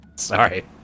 Sorry